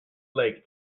lake